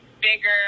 bigger